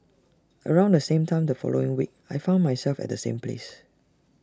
around the same time the following week I found myself at the same place